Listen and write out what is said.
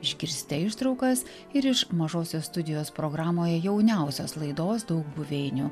išgirsite ištraukas ir iš mažosios studijos programoje jauniausios laidos daug buveinių